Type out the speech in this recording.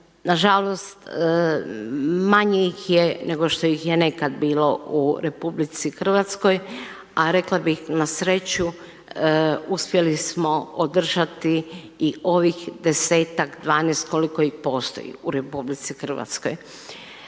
nažalost manje ih je nego što ih je nekad bilo u RH a rekla bih na sreću uspjeli smo održati i ovih 10-ak, 12, koliko ih postoji u RH. Što